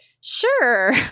sure